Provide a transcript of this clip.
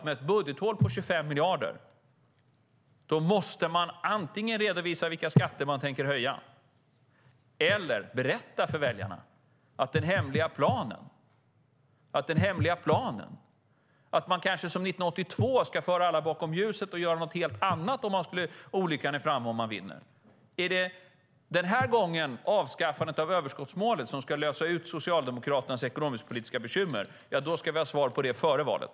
Med ett budgethål på 25 miljarder måste ni antingen redovisa vilka skatter ni tänker höja eller berätta för väljarna er hemliga plan att liksom 1982 föra alla bakom ljuset och göra något helt annat om olyckan är framme och ni vinner. Är det avskaffandet av överskottsmålet som ska lösa ut Socialdemokraternas ekonomisk-politiska bekymmer ska vi ha svar på det före valet.